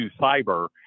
cyber